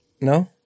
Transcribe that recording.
no